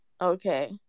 Okay